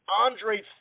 Andre